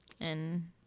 And-